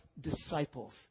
disciples